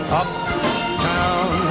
uptown